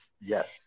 yes